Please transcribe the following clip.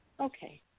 Okay